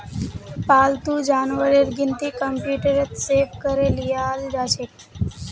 पालतू जानवरेर गिनती कंप्यूटरत सेभ करे लियाल जाछेक